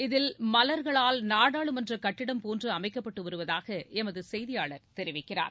இதில் மலர்களால் நாடாளுமன்ற கட்டடம் போன்று அமைக்கப்பட்டு வருவதாக எமது செய்தியாளர் தெரிவிக்கிறார்